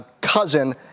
cousin